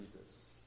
Jesus